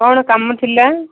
କ'ଣ କାମ ଥିଲା